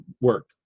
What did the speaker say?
work